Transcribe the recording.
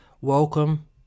Welcome